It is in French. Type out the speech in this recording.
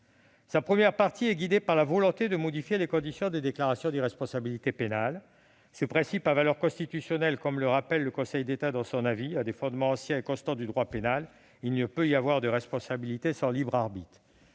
Sa première partie est guidée par la volonté de modifier les conditions de la déclaration d'irresponsabilité pénale. Ce principe à valeur constitutionnelle est pourtant, comme le rappelle le Conseil d'État dans son avis, « l'un des fondements anciens et constants du droit pénal », car « il ne peut y avoir de responsabilité sans libre arbitre